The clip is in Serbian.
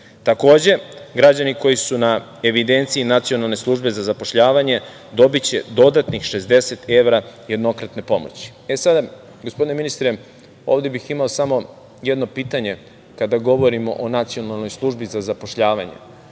Takođe, građani koji su na evidenciji Nacionalne službe za zapošljavanje dobiće dodatnih 60 evra jednokratne pomoći.E sada, gospodine ministre, ovde bih imao samo jedno pitanje, kada govorimo o Nacionalnoj službi za zapošljavanje.